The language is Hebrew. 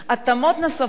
התאמות נוספות,